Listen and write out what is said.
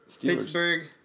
Pittsburgh